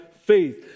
faith